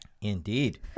Indeed